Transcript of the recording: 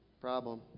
problem